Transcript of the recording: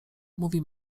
mówi